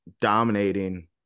dominating